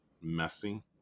messy